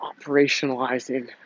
operationalizing